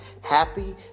happy